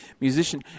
musician